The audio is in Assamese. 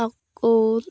আকৌ